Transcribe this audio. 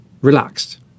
relaxed